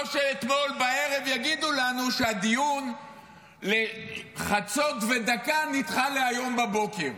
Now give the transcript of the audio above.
לא שאתמול בערב יגידו לנו שהדיון ל-00:01 נדחה להיום בבוקר.